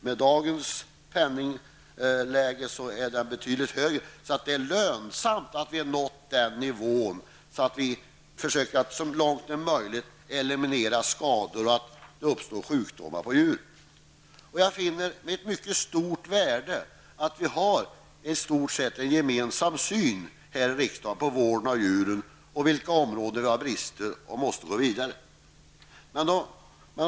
Med dagens penningvärde är den kostnaden betydligt högre. Det är lönsamt att vi har nått en nivå där vi försöker att så långt som möjligt eliminera skador och sjukdomar hos djur. Det ligger ett stort värde i att vi i stort sett har gemensam syn här i riksdagen på vård av djur och vad gäller på vilka områden vi har brister och måste gå vidare.